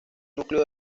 núcleo